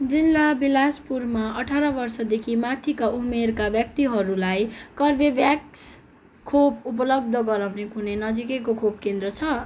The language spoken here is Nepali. जिल्ला बिलासपुरमा अठार वर्षदेखि माथिका उमेरका व्यक्तिहरूलाई कर्बेभ्याक्स खोप उपलब्ध गराउने कुनै नजिकैको खोप केन्द्र छ